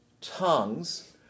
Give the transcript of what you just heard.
tongues